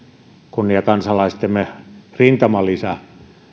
kunniakansalaistemme rintamalisän